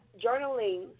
journaling